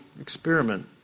experiment